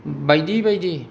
बायदि बायदि